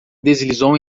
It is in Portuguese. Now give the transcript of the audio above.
deslizou